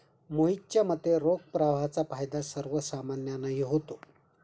मोहितच्या मते, रोख प्रवाहाचा फायदा सर्वसामान्यांनाही होतो